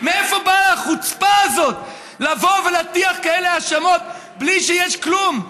מאיפה באה החוצפה הזאת לבוא ולהטיח כאלה האשמות בלי שיש כלום?